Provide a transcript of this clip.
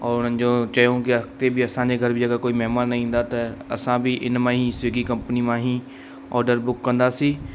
औरि उन्हनि जो चयो की अॻिते बि असांजे घर बि अगरि कोई महिमान ईंदा त असां बि इन मां ई स्विगी कंपनी मां ई ऑडर बुक कंदासीं